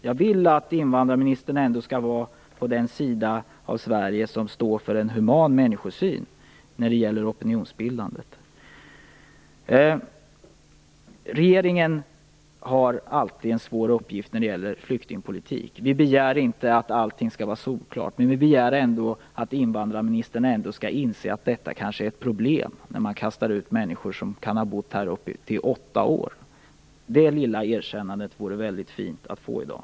Jag vill att invandrarministern när det gäller opinionsbildandet skall vara på den sida av Sverige som står för en human människosyn. Regeringen har alltid en svår uppgift när det gäller flyktingpolitik. Vi begär inte att allting skall vara solklart, men vi begär ändå att invandrarministern skall inse att det kanske är ett problem när man kastar ut människor som kan ha bott här i upp till åtta år. Det lilla erkännandet vore väldigt fint att få i dag.